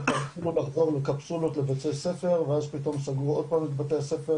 נשלחו ילדים בקפסולות לבתי ספר ועד פתאום סגרו עוד פעם את בתי הספר,